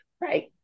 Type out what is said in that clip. Right